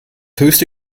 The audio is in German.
höchste